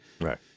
right